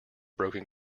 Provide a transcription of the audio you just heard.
broken